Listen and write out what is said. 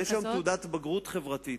יש היום תעודת בגרות חברתית,